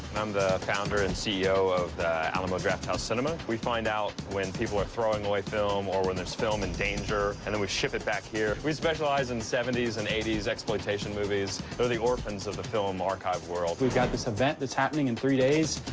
i'm the founder and ceo of the alamo drafthouse cinema. we find out when people are throwing away film or when there's film in danger, and then we ship it back here. we specialize in seventy s and eighty s exploitation movies. they're the orphans of the film archive world. we've got this event that's happening in three days,